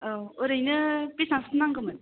औ ओरैनो बिसांसिम नांगौमोन